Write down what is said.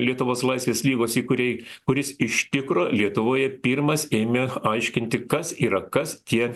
lietuvos laisvės lygos įkūrėjui kuris iš tikro lietuvoje pirmas ėmė aiškinti kas yra kas tie